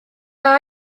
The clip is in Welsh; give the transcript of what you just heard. dda